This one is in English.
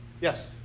Yes